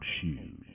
shoes